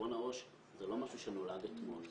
חשבון העו"ש זה לא משהו שנולד אתמול,